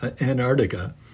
Antarctica